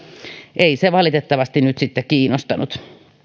ei se valitettavasti nyt sitten kiinnostanut